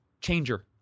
changer